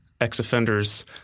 ex-offenders